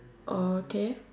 okay